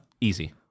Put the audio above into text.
Easy